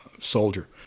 soldier